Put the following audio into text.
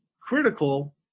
critical